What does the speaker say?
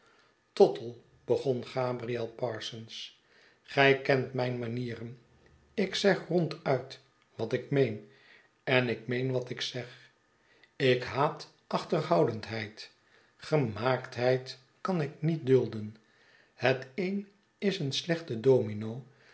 tottle begon gabriel parsons gij kent mijn manieren ik zeg ronduit wat ik meen en ik meen wat ikzegjikhaatachterhoudendheid gemaaktheid kan ik niet dulden het een is een slechte domino